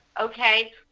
Okay